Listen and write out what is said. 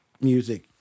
music